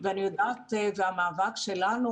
המאבק שלנו,